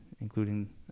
including